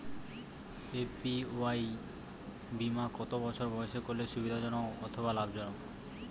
APY বীমা কত বছর বয়সে করলে সুবিধা জনক অথবা লাভজনক?